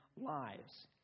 lives